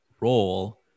role